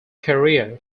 career